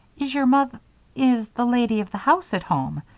is your moth is the lady of the house at home?